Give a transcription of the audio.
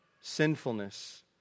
sinfulness